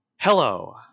Hello